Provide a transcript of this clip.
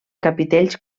capitells